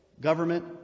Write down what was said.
Government